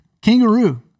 Kangaroo